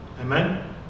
Amen